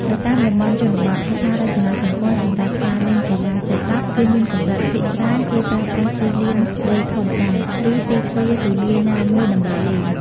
នៅតាមតំបន់ជនបទ ហេដ្ឋារចនាសម្ព័ន្ធសម្រាប់ការលេងកីឡាសីដក់គឺមានកម្រិត ភាគច្រើន គេប្រើប្រាស់ទីលានដីធម្មតា ឬទីធ្លាទូលាយណាមួយដើម្បីលេង។